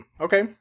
Okay